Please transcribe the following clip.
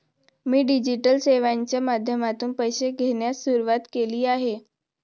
मी digital सेवांच्या माध्यमातून पैसे घेण्यास सुरुवात केली आहे